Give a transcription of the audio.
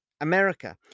America